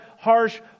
harsh